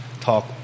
talk